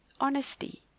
honesty